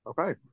okay